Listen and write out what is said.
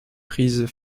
prises